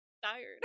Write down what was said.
tired